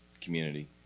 community